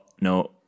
no